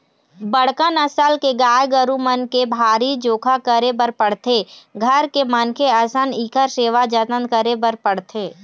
बड़का नसल के गाय गरू मन के भारी जोखा करे बर पड़थे, घर के मनखे असन इखर सेवा जतन करे बर पड़थे